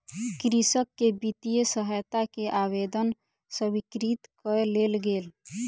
कृषक के वित्तीय सहायता के आवेदन स्वीकृत कय लेल गेल